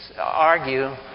argue